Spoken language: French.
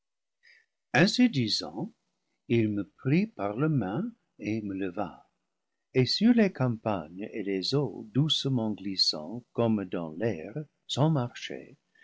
disant il me prit par la main et me leva et sur les campagnes et les eaux doucement glissant comme dans l'air sans marcher